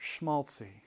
Schmaltzy